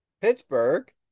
Pittsburgh